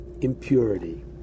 impurity